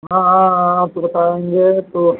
हाँ हाँ हाँ आप तो बताए होंगे तो